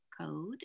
code